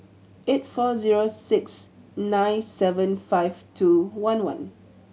eight four zero six nine seven five two one one